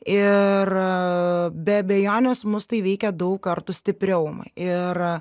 ir be abejonės mus tai veikia daug kartų stipriau ir